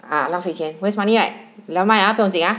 啊浪费钱 waste money right nevermind ah 不用紧啊